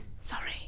Sorry